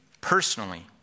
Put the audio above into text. personally